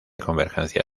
convergencia